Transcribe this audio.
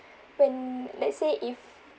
when let's say if